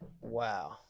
Wow